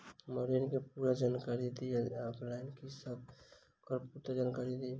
हम्मर ऋण केँ पूरा जानकारी दिय आ ऑफलाइन मे की सब करऽ पड़तै पूरा जानकारी दिय?